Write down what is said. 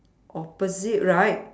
opposite right